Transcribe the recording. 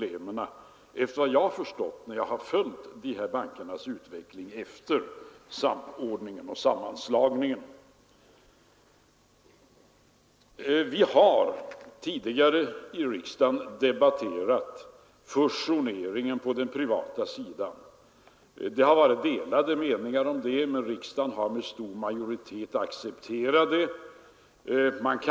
Efter vad jag förstått, när jag följt dessa bankers utveckling efter samordningen och sammanslagningen, har man kunnat lösa problemen. Vi har tidigare i riksdagen debatterat fusioneringen på den privata sidan. Det har rått delade meningar, men riksdagen har med stor majoritet accepterat sammanslagningarna.